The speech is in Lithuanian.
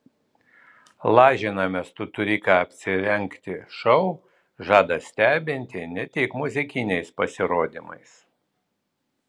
lažinamės tu turi ką apsirengti šou žada stebinti ne tik muzikiniais pasirodymais